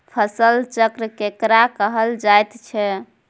फसल चक्र केकरा कहल जायत छै?